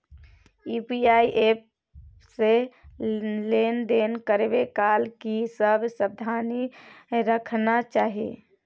UPI app से लेन देन करै काल की सब सावधानी राखना चाही?